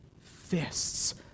fists